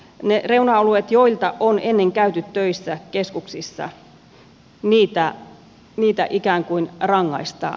niitä reuna alueita joilta on ennen käyty töissä keskuksissa ikään kuin rangaistaan